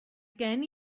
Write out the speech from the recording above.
gen